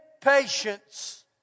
patience